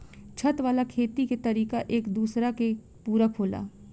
छत वाला खेती के तरीका एक दूसरा के पूरक होला